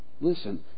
Listen